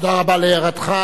תודה רבה על הערתך.